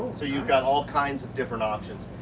so you've got all kinds of different options.